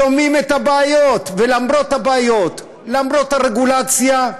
שומעים את הבעיות, ולמרות הבעיות, למרות הרגולציה,